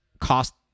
cost